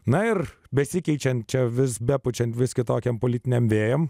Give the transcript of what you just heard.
na ir besikeičiančią vis be pučiant vis kitokiam politiniam vėjams